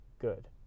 good